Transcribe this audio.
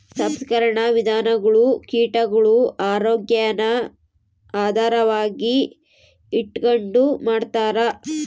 ಸಂಸ್ಕರಣಾ ವಿಧಾನಗುಳು ಕೀಟಗುಳ ಆರೋಗ್ಯಾನ ಆಧಾರವಾಗಿ ಇಟಗಂಡು ಮಾಡ್ತಾರ